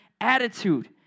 attitude